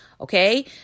Okay